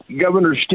Governor